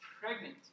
pregnant